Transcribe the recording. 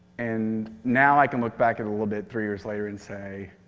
and now i can look back at it a little bit, three years later and say,